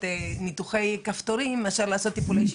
ניתוחי כפתורים מאשר טיפולי שיניים.